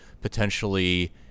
potentially